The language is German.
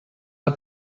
der